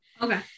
Okay